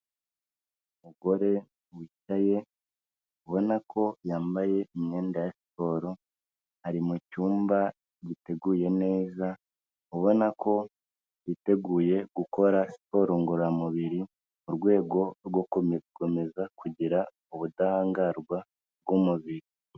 Umugore wicaye ubona ko yambaye imyenda ya siporo, ari mu cyumba giteguye neza ubona ko yiteguye gukora siporo ngorora mubiri, mu rwego rwo gukomeza kugira ubudahangarwa bw'umubiri.